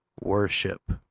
Worship